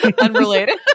Unrelated